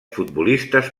futbolistes